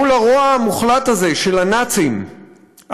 מול הרוע המוחלט הזה של הנאצים עמדה